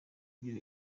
ibyo